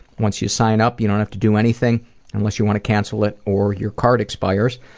once you sign up you don't have to do anything unless you want to cancel it or your card expires.